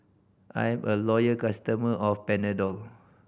I'm a loyal customer of Panadol